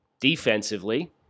Defensively